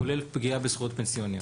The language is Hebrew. כולל פגיעה בזכויות פנסיוניות.